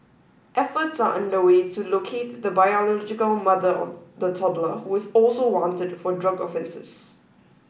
efforts are underway to locate the biological mother of the toddler who is also wanted for drug offences